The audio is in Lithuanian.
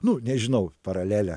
nu nežinau paralelę